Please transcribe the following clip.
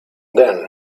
then